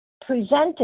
presented